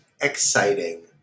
exciting